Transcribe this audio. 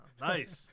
nice